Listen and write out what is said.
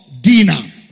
dinner